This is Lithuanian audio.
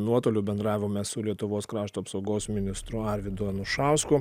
nuotoliu bendravome su lietuvos krašto apsaugos ministru arvydu anušausku